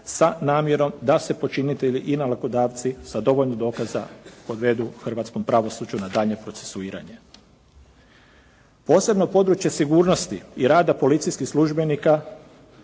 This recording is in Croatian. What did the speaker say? sa namjerom da se počinitelji i nalogodavci sa dovoljno dokaza odvedu hrvatskom pravosuđu na daljnje procesuiranje. Posebno područje sigurnosti i rada policijskih službenika